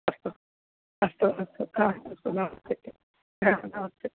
अस्तु अस्तु अस्तु का अस्तु नास्ति नास्ति